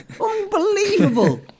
unbelievable